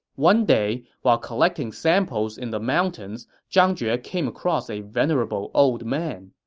one day, while collecting samples in the mountains, zhang jue came across a venerable old man.